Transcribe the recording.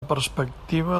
perspectiva